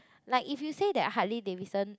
like if you say that hardly they recent